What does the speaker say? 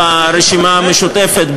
ברשימה המשותפת,